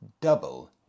double